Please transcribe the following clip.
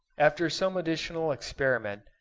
after some additional experiment,